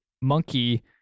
monkey